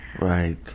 Right